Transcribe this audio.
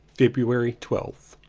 february twelfth.